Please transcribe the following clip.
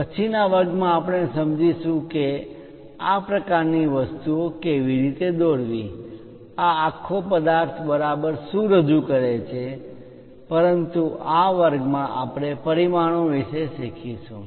પછીના વર્ગ માં આપણે સમજીશું કે આ પ્રકારની વસ્તુઓ કેવી રીતે દોરવી આ આખો પદાર્થ બરાબર શું રજૂ કરે છે પરંતુ આ વર્ગમાં આપણે પરિમાણો વિશે શીખીશું